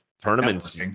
tournaments